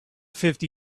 fifty